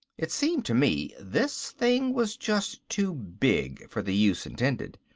it seemed to me this thing was just too big for the use intended.